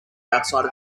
outside